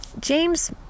James